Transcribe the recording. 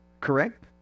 correct